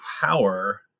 power